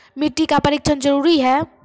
मिट्टी का परिक्षण जरुरी है?